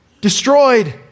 destroyed